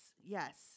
yes